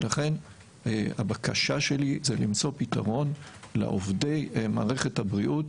ולכן הבקשה שלי זה למצוא פתרון לעובדי מערכת הבריאות